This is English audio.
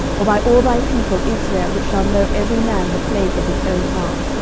or by all thy people israel, which shall know every man the plague of his own heart,